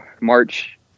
March